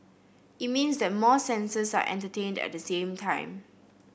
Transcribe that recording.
it means that more senses are entertained at the same time